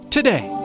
Today